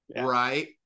right